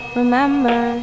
remember